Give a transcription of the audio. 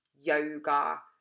yoga